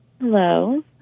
Hello